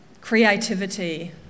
creativity